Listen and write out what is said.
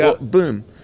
Boom